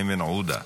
איימן עודה.